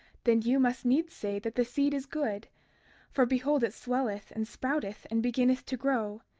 then you must needs say that the seed is good for behold it swelleth, and sprouteth, and beginneth to grow.